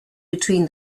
between